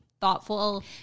thoughtful